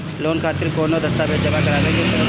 Loan खातिर कौनो दस्तावेज जमा करावे के पड़ी?